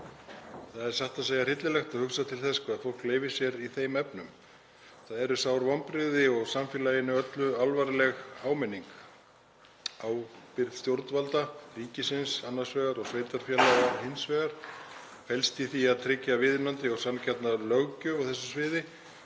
Það er satt að segja hryllilegt að hugsa til þess hvað fólk leyfir sér í þeim efnum. Það eru sár vonbrigði og samfélaginu öllu alvarleg áminning. Ábyrgð stjórnvalda, ríkisins annars vegar og sveitarfélaga hins vegar, felst í því að tryggja viðunandi og sanngjarna löggjöf á þessu sviði,